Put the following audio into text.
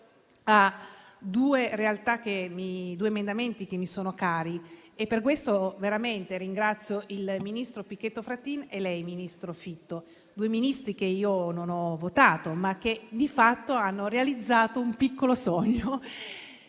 a due emendamenti che mi sono cari e per questo veramente ringrazio il ministro Pichetto Fratin e lei, ministro Fitto. Sì, due Ministri di un Governo che non ho votato, ma che, di fatto, hanno realizzato un piccolo sogno.